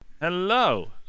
hello